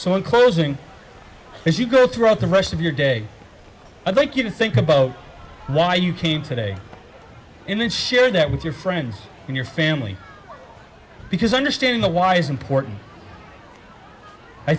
so in closing as you go throughout the rest of your day i think you can think about why you came today and then share that with your friends and your family because understanding the why is important i